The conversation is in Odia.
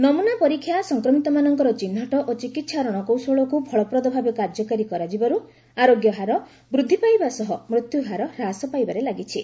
ନମୁନା ପରୀକ୍ଷା ସଂକ୍ରମିତମାନଙ୍କର ଚିହ୍ନଟ ଓ ଚିକିସ୍ତା ରଣକୌଶଳକୁ ଫଳପ୍ରଦଭାବେ କାର୍ଯ୍ୟକାରୀ କରାଯିବାରୁ ଆରୋଗ୍ୟ ହାର ବୃଦ୍ଧି ପାଇବା ସହ ମୃତ୍ୟୁହାର ହ୍ରାସ ପାଇବାରେ ଲାଗିଛି